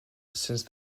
since